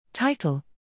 title